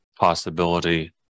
possibility